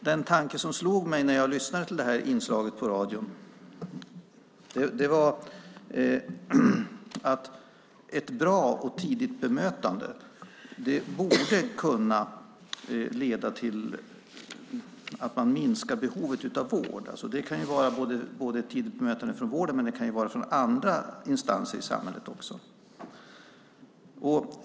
Den tanke som slog mig när jag lyssnade till det här inslaget på radion var att ett bra och tidigt bemötande borde kunna leda till ett minskat behov av vård. Det kan vara ett tidigt bemötande från vården men också från andra instanser i samhället.